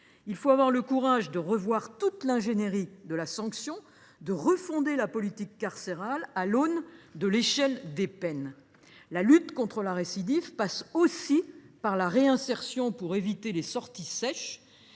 Il faut avoir le courage de revoir toute l’ingénierie de la sanction et de refonder la politique carcérale à l’aune de l’échelle des peines. La lutte contre la récidive passe aussi par la réinsertion : il nous faut en effet